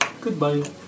Goodbye